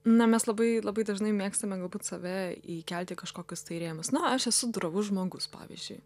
na mes labai labai dažnai mėgstame galbūt save įkelti į kažkokius tai rėmus na aš esu drovus žmogus pavyzdžiui